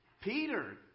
Peter